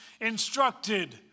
instructed